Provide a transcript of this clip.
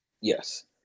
Yes